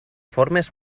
formes